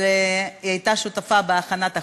אבל היא הייתה שותפה בהכנת החוק.